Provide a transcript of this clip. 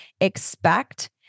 expect